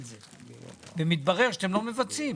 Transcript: אבל מתברר שאתם לא מבצעים.